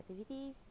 activities